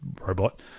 robot